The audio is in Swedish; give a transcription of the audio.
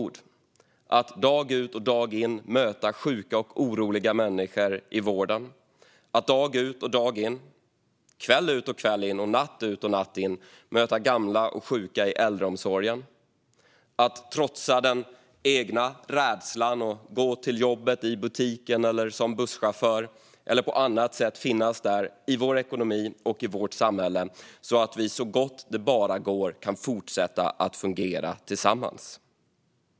Det handlar om att dag ut och dag in möta sjuka och oroliga människor i vården, att dag ut och dag in, kväll ut och kväll in och natt ut och natt in möta gamla och sjuka i äldreomsorgen, att trotsa den egna rädslan och gå till jobbet i butiken eller som busschaufför eller på annat sätt finnas där i vår ekonomi och i vårt samhälle, så att vi så gott det bara går kan fortsätta att fungera tillsammans.